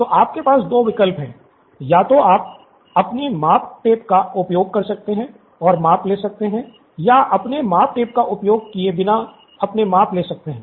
तो आपके पास दो विकल्प हैं या तो आप अपने माप टेप का उपयोग कर सकते हैं और माप ले सकते हैं या अपने माप टेप का उपयोग किए बिना अपने माप ले सकते हैं